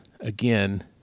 again